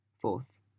Fourth